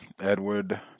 Edward